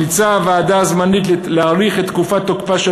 הוועדה הזמנית ממליצה להאריך את תוקפה של